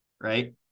right